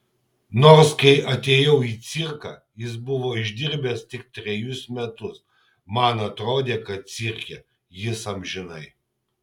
nors kai atėjau į cirką jis buvo išdirbęs tik trejus metus man atrodė kad cirke jis amžinai